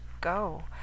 go